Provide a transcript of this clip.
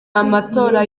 amatora